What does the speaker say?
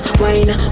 wine